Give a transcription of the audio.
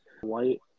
White